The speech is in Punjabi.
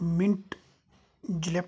minute julep